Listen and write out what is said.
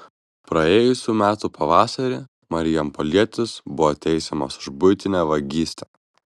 praėjusių metų pavasarį marijampolietis buvo teisiamas už buitinę vagystę